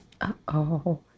Uh-oh